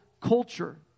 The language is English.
culture